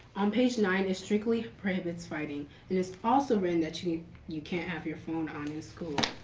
on page nine it strictly prohibits fighting and it's also written that you you can't have your phone on in school.